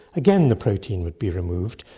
again the protein would be removed.